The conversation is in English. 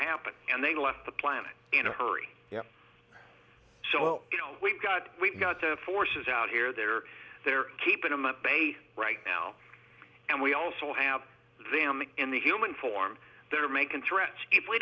happened and they left the planet in a hurry yeah so you know we've got we've got the forces out here there they're keeping him a baby right now and we also have them in the human form that are making threats if we